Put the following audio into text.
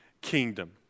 kingdom